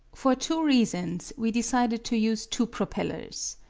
for two reasons we decided to use two propellers.